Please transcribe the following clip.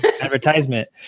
advertisement